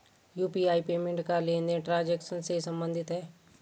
UPI payment का लेनदेन transaction से सम्बंधित है